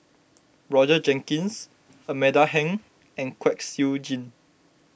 Roger Jenkins Amanda Heng and Kwek Siew Jin